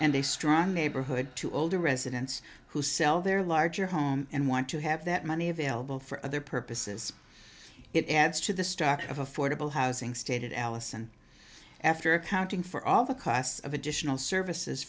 a strong neighborhood to older residents who sell their larger home and want to have that money available for other purposes it adds to the stock of affordable housing stated allison after accounting for all the class of additional services